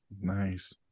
Nice